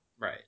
Right